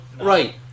Right